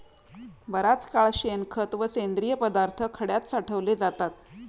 बराच काळ शेणखत व सेंद्रिय पदार्थ खड्यात साठवले जातात